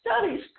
Studies